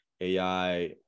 AI